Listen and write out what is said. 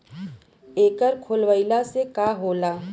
एकर खोलवाइले से का होला?